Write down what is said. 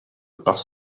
bus